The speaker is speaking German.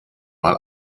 mal